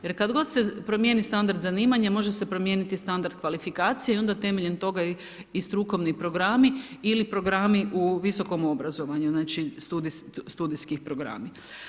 Jer kad se promijeni standard zanimanja, može se promijeniti standard kvalifikacija i onda temeljem toga i strukovni programi ili programi u visokom obrazovanju, znači, studijski programi.